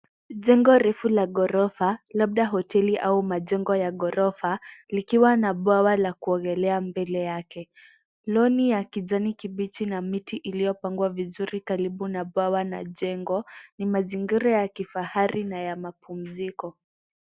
Jengo refu la ghorofa labda hoteli au majengo ya ghorofa likiwa na bwawa ya kuogelea mbele yake. Loni ya kijani kibichi na miti iliyopangwa vizuri karibu na bwawa na jengo ni mazingira ya kifahari na mapumziko.